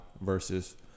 versus